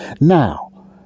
Now